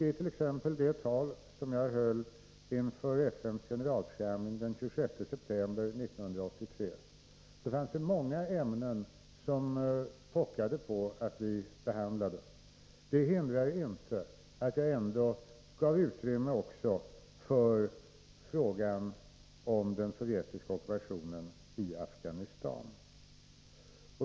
I t.ex. det tal som jag höll inför FN:s generalförsamling den 26 september i år gav jag, trots att många ämnen pockade på att bli behandlade, utrymme också för frågan om den sovjetiska ockupationen av Afghanistan.